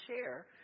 share